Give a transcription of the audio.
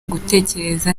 gutekereza